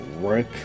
work